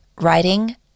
Writing